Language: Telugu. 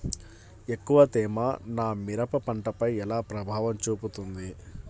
ఎక్కువ తేమ నా మిరప పంటపై ఎలా ప్రభావం చూపుతుంది?